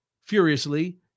furiously